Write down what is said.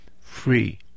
free